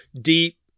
deep